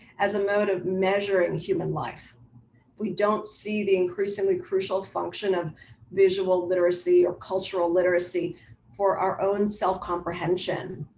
as a mode of measuring human life, if we don't see the increasingly crucial function of visual literacy or cultural literacy for our own self comprehension,